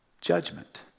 judgment